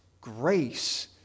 grace